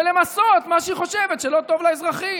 ולמסות מה שהיא חושבת שלא טוב לאזרחים.